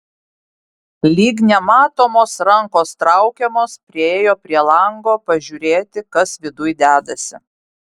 lyg nematomos rankos traukiamas priėjo prie lango pažiūrėti kas viduj dedasi